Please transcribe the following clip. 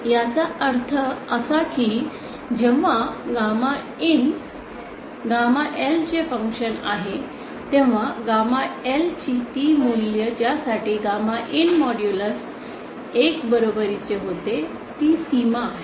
याचा अर्थ असा की जेव्हा गॅमा IN जे गॅमा L चे फंक्शन आहे तेव्हा गॅमा L ची ती मूल्ये ज्यासाठी गॅमा IN मॉड्यूलस 1 बरोबरीची होते ती सीमा आहे